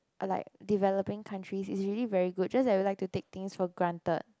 like developing country is really very good just that we like to take things for granted